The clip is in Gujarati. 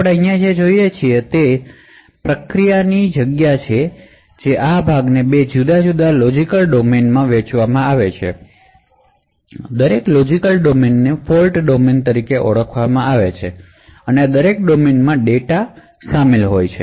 આપણે અહીં જે કરીએ છીએ તે પ્રોસેસની સ્પેસ ને બે જુદા લોજિકલ ડોમેનમાં વહેંચવામાં આવી છે દરેક લોજિકલ ડોમેનને ફોલ્ટ ડોમેન તરીકે ઓળખવામાં આવે છે અને આ દરેક ડોમેનમા ડેટા અને કોડ શામેલ હોય છે